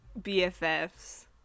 BFFs